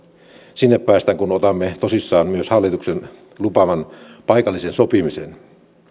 sinne päästään kun otamme tosissamme myös hallituksen lupaaman paikallisen sopimisen